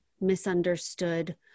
misunderstood